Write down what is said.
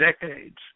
decades